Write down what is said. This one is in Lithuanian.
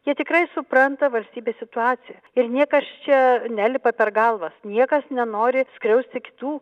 jie tikrai supranta valstybės situaciją ir niekas čia nelipa per galvas niekas nenori skriausti kitų